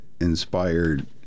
inspired